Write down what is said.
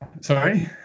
sorry